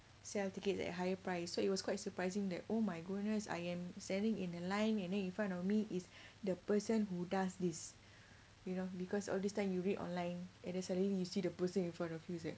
sell tickets at a higher price so it was quite surprising that oh my goodness I am standing in a line and then in front of me is the person who does this you know because all this time you read online and then suddenly you see the person in front of you it's like